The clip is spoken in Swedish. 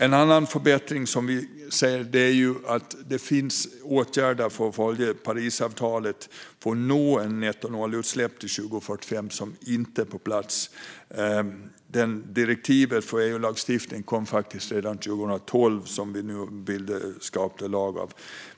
En annan förbättring vi ser är att det finns åtgärder för att följa Parisavtalet och för att nå ett nettonollutsläpp till 2045, som inte är på plats. Direktivet för EU-lagstiftning kom redan 2012, och det är det vi nu skapar lag av.